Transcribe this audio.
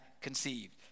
conceived